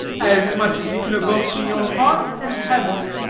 as much as you can evoke from your heart and heaven.